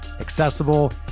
accessible